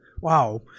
Wow